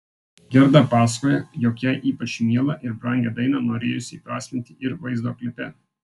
gerda pasakoja jog jai ypač mielą ir brangią dainą norėjusi įprasminti ir vaizdo klipe